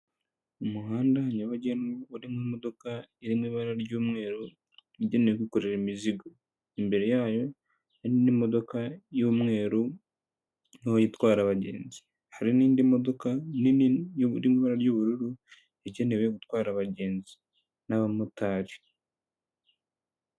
Umuhanda nyabagendwa urimo imodoka iri mu ibara ry'umweru igenewe kwikorera imizigo, imbere yayo hari n'indi modoka y'umweru ntoya itwara abagenzi. Hari n'indi modoka nini iri mu iba ry'ubururu igenewe gutwara abagenzi n'abamotari.